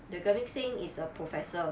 the gurmit singh is a professor